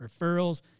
referrals